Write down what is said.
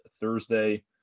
Thursday